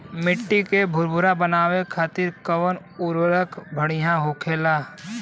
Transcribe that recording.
मिट्टी के भूरभूरा बनावे खातिर कवन उर्वरक भड़िया होखेला?